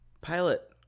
Pilot